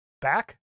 back